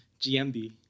GMB